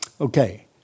Okay